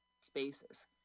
spaces